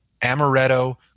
amaretto